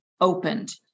opened